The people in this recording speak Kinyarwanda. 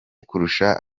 kurusha